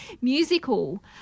musical